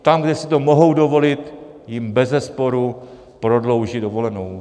Tam, kde si to mohou dovolit, jim bezesporu prodlouží dovolenou.